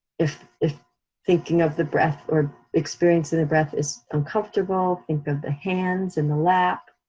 if if thinking of the breath or experiencing the breath is uncomfortable, think of the hands and the lap,